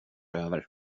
över